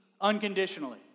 unconditionally